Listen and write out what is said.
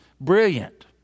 Brilliant